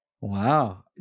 Wow